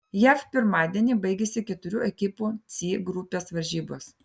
jav pirmadienį baigėsi keturių ekipų c grupės varžybos